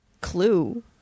clue